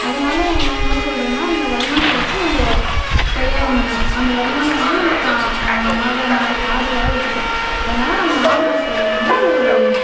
அதனால் நான் என்ன சொல்கிறேன்னா அந்த வருமானத்தை வச்சு நம்ம கையாள முடியும் அந்த வருமானம் வந்து நம்மளுக்கு ஆதரவா ஆதரவாக இருக்கும் அதனால் நான் மாடு வளர்க்குறத வந்து ஒரு